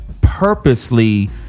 purposely